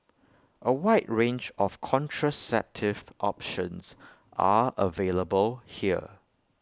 A wide range of contraceptive options are available here